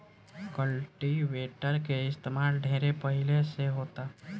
cultivator के इस्तमाल ढेरे पहिले से होता